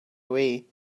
away